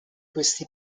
questi